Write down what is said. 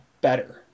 better